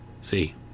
See